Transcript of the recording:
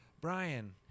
Brian